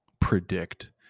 predict